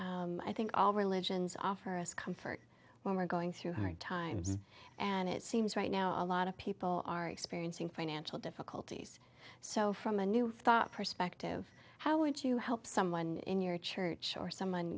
i think all religions offer us comfort when we're going through hard times and it seems right now a lot of people are experiencing financial difficulties so from a new thought perspective how would you help someone in your church or someone